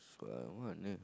fun what the